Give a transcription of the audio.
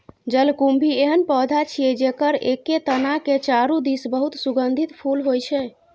जलकुंभी एहन पौधा छियै, जेकर एके तना के चारू दिस बहुत सुगंधित फूल होइ छै